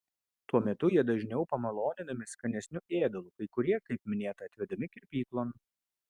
tuo metu jie dažniau pamaloninami skanesniu ėdalu kai kurie kaip minėta atvedami kirpyklon